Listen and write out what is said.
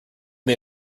may